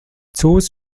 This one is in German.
zoos